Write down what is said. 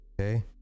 Okay